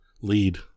lead